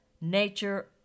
nature